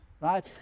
right